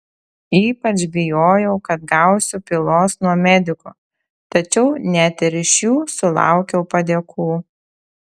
ypač bijojau kad gausiu pylos nuo medikų tačiau net ir iš jų sulaukiau padėkų